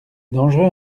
dangereux